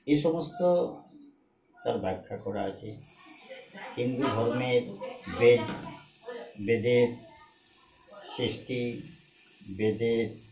এ সমস্ত তার ব্যাখ্যা করা আছে হিন্দু ধর্মের বেদ বেদের সৃষ্টি বেদের